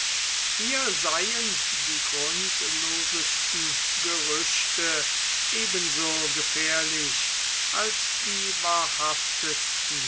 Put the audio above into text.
hier seien die grundlosesten gerüchte ebenso gefährlich als die wahrhaftesten